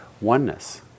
Oneness